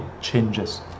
changes